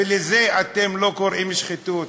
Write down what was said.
ולזה אתם לא קוראים שחיתות?